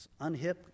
unhip